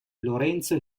lorenzo